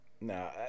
no